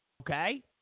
okay